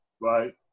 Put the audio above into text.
Right